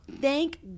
Thank